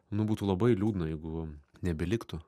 nu būtų labai liūdna jeigu nebeliktų